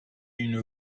une